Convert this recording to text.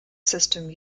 system